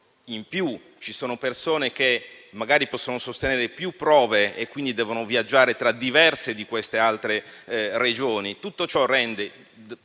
In più, ci sono persone che magari possono sostenere più prove e quindi devono viaggiare tra diverse altre Regioni. Sappiamo che